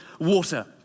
water